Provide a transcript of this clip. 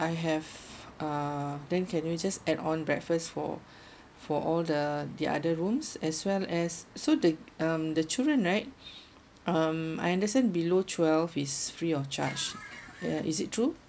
I have uh then can you just add on breakfast for for all the the other rooms as well as so the um the children right um I understand below twelve is free of charge uh is it true